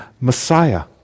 Messiah